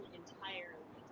entirely